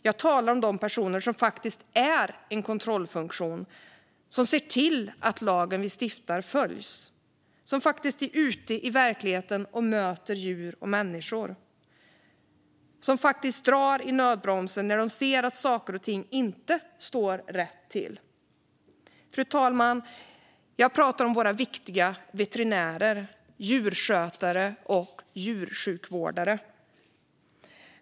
Jag talar om de personer som faktiskt är en kontrollfunktion, som ser till att den lag vi stiftar följs, som faktiskt är ute i verkligheten och möter djur och människor och som faktiskt drar i nödbromsen när de ser att saker och ting inte står rätt till. Jag talar, fru talman, om våra viktiga veterinärer, djurskötare och djursjukvårdare.